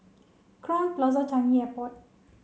Crowne Plaza Changi Airport